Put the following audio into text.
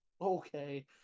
Okay